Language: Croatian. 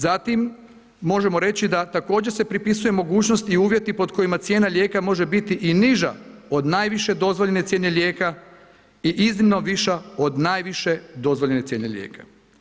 Zatim, možemo reći da također se pripisuje mogućnost i uvjeti pod kojima cijena lijeka može biti i niža od najviše dozvoljene cijene lijeka i iznimno viša od najviše dozvoljene cijene lijeka.